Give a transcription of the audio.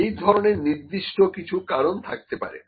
এই ধরনের নির্দিষ্ট কিছু কারণ থাকতে পারে